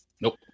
Nope